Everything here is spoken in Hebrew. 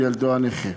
לילדו הנכה.